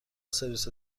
سرویس